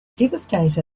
devastated